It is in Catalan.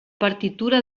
partitura